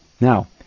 Now